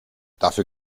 dafür